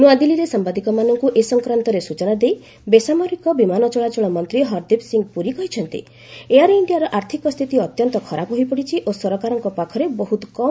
ନ୍ତଆଦିଲ୍ଲୀରେ ସାମ୍ଭାଦିକମାନଙ୍କ ଏ ସଂକ୍ରାନ୍ତରେ ସ୍ବଚନା ଦେଇ ବେସାମରିକ ବିମାନ ଚଳାଚଳ ମନ୍ତ୍ରୀ ହରଦୀପ ସିଂହ ପୁରୀ କହିଛନ୍ତି ଏୟାର୍ ଇଣ୍ଡିଆର ଆର୍ଥିକ ସ୍ଥିତି ଅତ୍ୟନ୍ତ ଖରାପ ହୋଇପଡ଼ିଛି ଓ ସରକାରଙ୍କ ପାଖରେ ବହୁତ କମ୍ ସମ୍ଭଳ ରହିଛି